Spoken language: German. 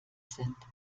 sind